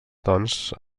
doncs